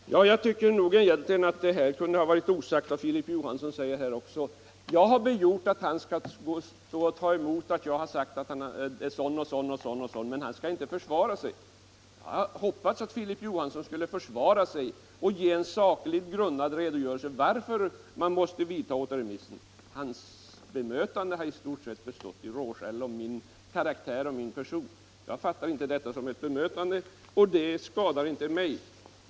Fru talman! Jag tycker egentligen att vad herr Filip Johansson här säger också kunde ha varit osagt. Han menar att jag begär att han skall ta emot att jag har sagt att han är sådan och sådan men att han inte skall försvara sig. Jag hade hoppats att Filip Johansson skulle försvara sig och ge en sakligt grundad redogörelse för orsaken till att man måste tillgripa återremiss. Hans bemötande har i stort sett bestått i råskäll om min karaktär och min person. Jag fattar inte detta som ett bemötande, och det skadar inte mig.